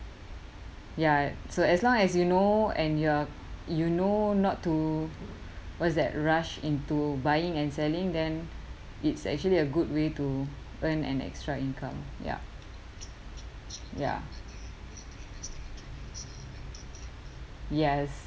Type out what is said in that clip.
ya so as long as you know and you're you know not to what's that rush into buying and selling then it's actually a good way to earn an extra income ya ya yes